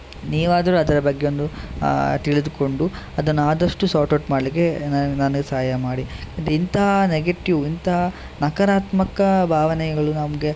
ನೀವಾದ್ರೂ ಅದರ ಬಗ್ಗೆ ಒಂದು ತಿಳಿದುಕೊಂಡು ಅದನ್ನು ಆದಷ್ಟು ಸಾರ್ಟ್ ಔಟ್ ಮಾಡಲಿಕ್ಕೆ ನನಗೆ ಸಹಾಯ ಮಾಡಿ ಇಂತಹ ನೆಗೆಟೀವ್ ಇಂತಹ ನಕಾರಾತ್ಮಕ ಭಾವನೆಗಳು ನಮಗೆ